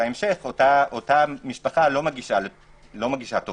בהמשך אותה משפחה לא מגישה תובענה,